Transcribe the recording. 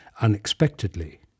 unexpectedly